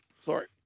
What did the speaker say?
Sorry